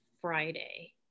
Friday